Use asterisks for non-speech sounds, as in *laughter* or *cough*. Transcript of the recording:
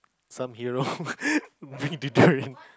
some hero *laughs* bring deodorant